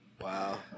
Wow